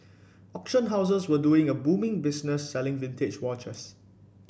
auction houses were doing a booming business selling vintage watches